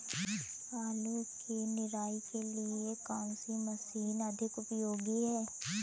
आलू की निराई के लिए कौन सी मशीन अधिक उपयोगी है?